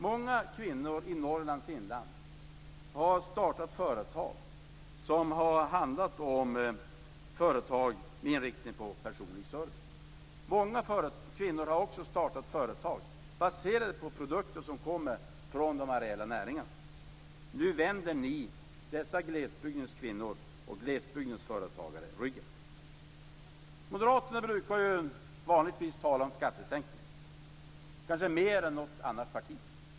Många kvinnor i Norrlands inland har startat företag med inriktning på personlig service. Många kvinnor har också startat företag baserade på produkter som kommer från de areella näringarna. Nu vänder ni dessa glesbygdens kvinnor och företagare ryggen. Moderater brukar vanligtvis tala om skattesänkningar, kanske mer än något annat parti.